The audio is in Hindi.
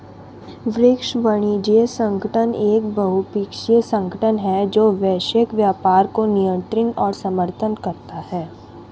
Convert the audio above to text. विश्व वाणिज्य संगठन एक बहुपक्षीय संगठन है जो वैश्विक व्यापार को नियंत्रित और समर्थन करता है